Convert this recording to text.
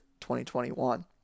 2021